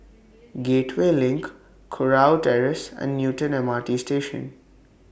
Gateway LINK Kurau Terrace and Newton M R T Station